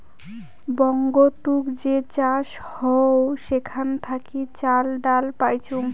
বঙ্গতুক যে চাষ হউ সেখান থাকি চাল, ডাল পাইচুঙ